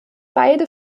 beide